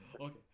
Okay